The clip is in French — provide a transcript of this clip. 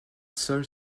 sol